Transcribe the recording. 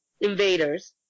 invaders